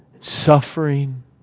suffering